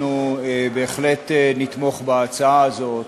אנחנו בהחלט נתמוך בהצעה הזאת,